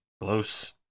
Close